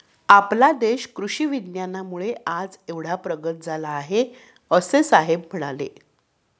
आपला देश कृषी विज्ञानामुळे आज एवढा प्रगत झाला आहे, असे साहेब म्हणाले